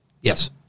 Yes